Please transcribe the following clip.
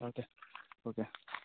okay okay